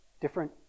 different